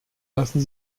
lassen